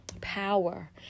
power